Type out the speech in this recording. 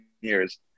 years